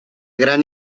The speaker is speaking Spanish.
gran